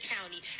County